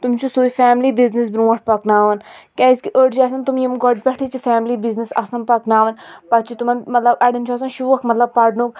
تِم چھ سُے فیملی بِزنِس برونٛٹھ پَکناوان کِیٛازِ کہِ أڈۍ چھِ آسان تِم یِم گۄڈٕ پٮ۪ٹھٕے چھِ فیملی بِزنِس آسان پَکناوان پَتہٕ چھ تِمَن مَطلَب اَڈؠن چھ آسان شوق مَطلَب پَرنُک